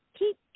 Keep